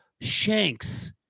shanks